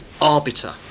arbiter